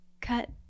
cut